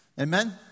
Amen